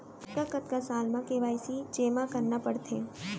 कतका कतका साल म के के.वाई.सी जेमा करना पड़थे?